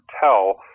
tell